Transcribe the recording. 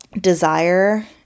desire